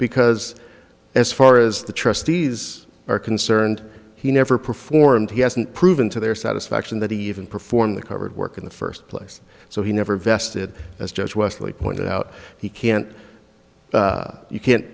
because as far as the trustees are concerned he never performed he hasn't proven to their satisfaction that he even performed the covered work in the first place so he never vested as just wesley pointed out he can't you can't